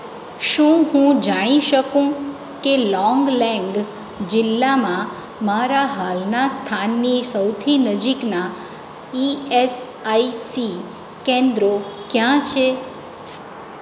શું હું જાણી શકું કે લોન્ગલેન્ગ જિલ્લામાં મારા હાલનાં સ્થાનની સૌથી નજીકનાં ઇ એસ આઇ સી કેન્દ્રો ક્યાં છે